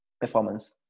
performance